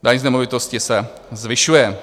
Daň z nemovitosti se zvyšuje.